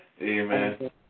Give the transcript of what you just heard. Amen